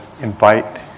invite